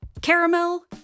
Caramel